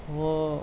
وہ